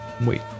Wait